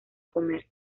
comer